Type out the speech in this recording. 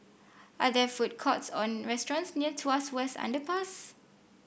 are there food courts or restaurants near Tuas West Underpass